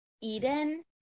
Eden